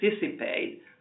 participate